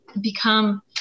become